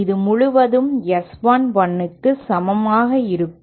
இது முழுவதும் S 1 1 க்கு சமமாக இருக்கும்